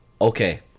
Okay